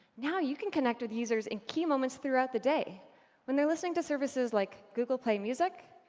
now, you can connect with users in key moments throughout the day when they're listening to services like google play music,